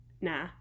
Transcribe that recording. Nah